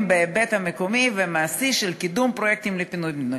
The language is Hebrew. בהיבט המקומי והמעשי של קידום פרויקטים של פינוי-בינוי.